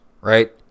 right